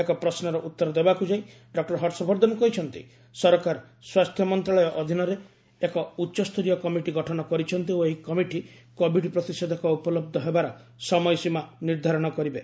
ଏକ ପ୍ରଶ୍ନର ଉତ୍ତର ଦେବାକୁ ଯାଇ ଡକୁର ହର୍ଷବର୍ଦ୍ଧନ କହିଛନ୍ତି ସରକାର ସ୍ୱାସ୍ଥ୍ୟ ମନ୍ତ୍ରଣାଳୟ ଅଧୀନରେ ଏକ ଉଚ୍ଚସ୍ତରୀୟ କମିଟି ଗଠନ କରିଛନ୍ତି ଓ ଏହି କମିଟି କୋଭିଡ୍ ପ୍ରତିଷେଧକ ଉପଲବ୍ଧ ହେବାର ସମୟସୀମା ନିର୍ଦ୍ଧାରଣ କରିବେ